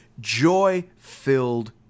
joy-filled